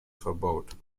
verbaut